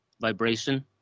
vibration